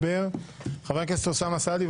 בבקשה, חבר הכנסת אוסאמה סעדי.